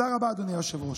תודה רבה, אדוני היושב-ראש.